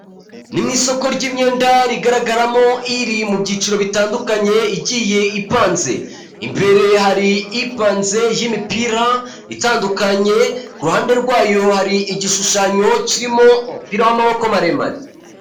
Ni mu isoko ry'imyenda rigaragaramo iri mu byiciro bitandukanye, igiye ipanze. Imbere hari ipanze y'imipira, itandukanye, ku ruhande rwayo hari igishushanyo kirimo umupira w'amaboko maremare.